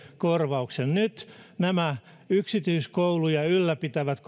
korvauksen nyt nämä yksityiskouluja ylläpitävät